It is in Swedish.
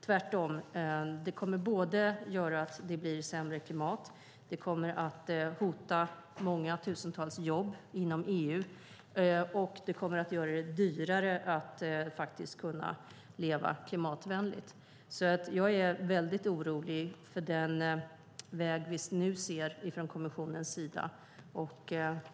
Tvärtom kommer det att göra att det blir sämre klimat. Det kommer att hota tusentals jobb inom EU. Det kommer också att göra det dyrare att leva klimatvänligt. Jag är därför mycket orolig för den väg som vi nu ser från kommissionens sida.